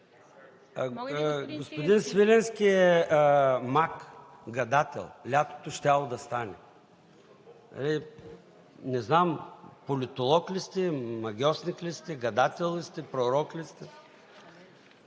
Господин Свиленски е маг, гадател – лятото щяло да стане. Не знам политолог ли сте, магьосник ли сте, гадател ли сте, пророк ли сте?